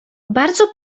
bardzo